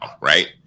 right